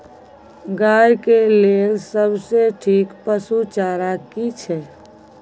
गाय के लेल सबसे ठीक पसु चारा की छै?